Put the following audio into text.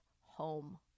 home